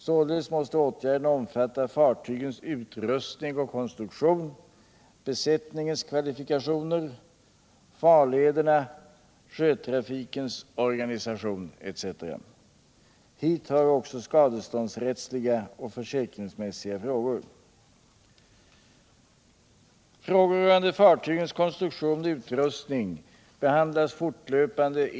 Således måste åtgärderna omfatta fartygens utrustning och konstruktion, besättningens kvalifikationer, farlederna, sjötrafikens organisation etc. Hit hör också skadeståndsrättsliga och försäkringsmässiga frågor.